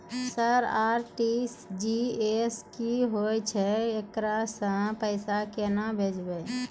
Sir RTGS की होय छै, एकरा से पैसा केना भेजै छै?